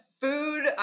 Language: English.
Food